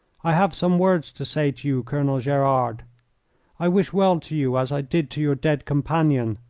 i have some words to say to you, colonel gerard i wish well to you, as i did to your dead companion.